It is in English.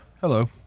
hello